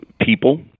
people